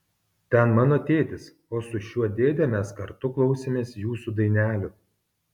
ten mano tėtis o su šiuo dėde mes kartu klausėmės jūsų dainelių